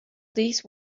these